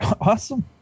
Awesome